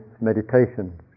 meditation